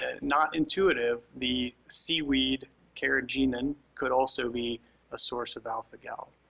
ah not intuitive, the seaweed carrageenan could also be a source of alpha-gal.